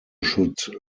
should